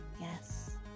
yes